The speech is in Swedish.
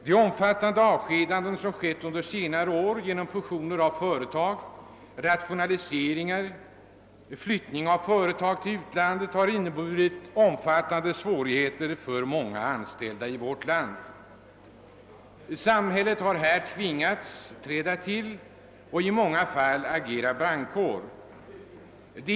De omfattande avskedanden som ägt rum under senare år vid fusioner av företag, rationaliseringar och flyttning av företag till utlandet har inneburit betydande svårigheter för många anställda. Samhället har här tvingats ingripa och i många fall agera som brandkår.